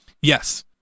Yes